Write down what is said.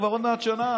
כבר עוד מעט שנה.